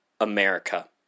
America